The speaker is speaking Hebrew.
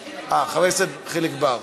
אה, חבר הכנסת חיליק בר.